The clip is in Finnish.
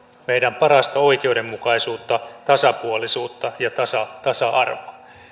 meillä parasta oikeudenmukaisuutta tasapuolisuutta ja tasa arvoa